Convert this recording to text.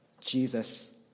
Jesus